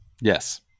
Yes